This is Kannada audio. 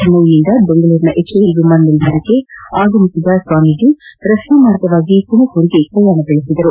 ಚೆನ್ನೈನಿಂದ ದೆಂಗಳೂರಿನ ಹೆಚ್ಎಎಲ್ ವಿಮಾನ ನಿಲ್ದಾಣಕ್ಕೆ ಆಗಮಿಸಿದ ಸ್ವಾಮೀಜಿ ರಸ್ತೆ ಮಾರ್ಗವಾಗಿ ತುಮಕೂರಿಗೆ ಪ್ರಯಾಣಿಸಿದರು